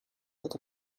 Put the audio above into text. that